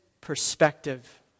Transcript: perspective